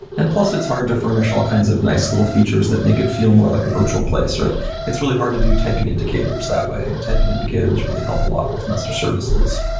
and plus it's hard to furnish all kinds of nice little features that make it feel more like a virtual place. it's really hard to do typing indicators that way, and typing indicators really help a lot with message services.